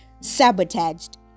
sabotaged